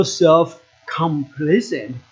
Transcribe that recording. self-complacent